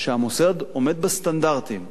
שהמוסד עומד בסטנדרטים,